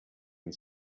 and